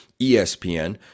ESPN